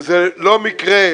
וזה לא מקרה,